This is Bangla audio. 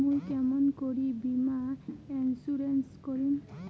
মুই কেমন করি বীমা ইন্সুরেন্স করিম?